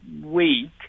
week